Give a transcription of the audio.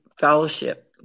fellowship